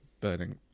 burning